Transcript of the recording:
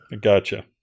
Gotcha